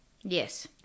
Yes